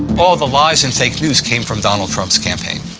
all the lies and fake news came from donald trump's campaign.